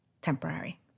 temporary